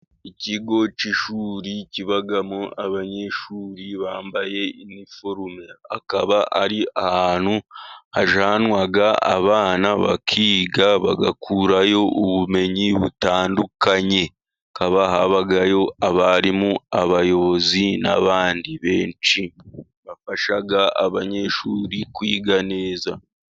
Ikigo cy'ishuri kibamo abanyeshuri bambaye iniforume akaba ari ahantu hajyanwa abana bakiga, bagakurayo ubumenyi butandukanye, hakaba habayo abarimu, abayobozi n'abandi benshi bafasha abanyeshuri kwiga neza.